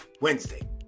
Wednesday